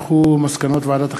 מסקנות ועדת החינוך,